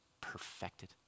perfected